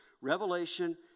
revelation